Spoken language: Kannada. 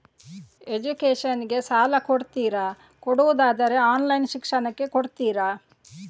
ಎಜುಕೇಶನ್ ಗೆ ಸಾಲ ಕೊಡ್ತೀರಾ, ಕೊಡುವುದಾದರೆ ಆನ್ಲೈನ್ ಶಿಕ್ಷಣಕ್ಕೆ ಕೊಡ್ತೀರಾ?